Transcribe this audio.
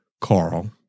Carl